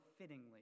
fittingly